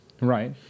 Right